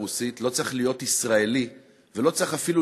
לילדים ולנכדים שלכם וגם לילדים ולנכדים שלי,